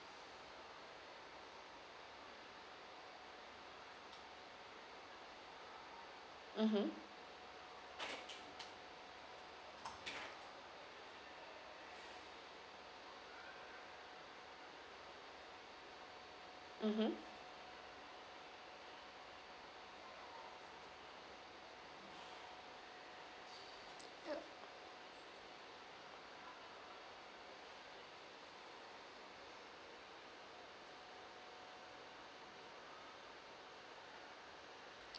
mmhmm mmhmm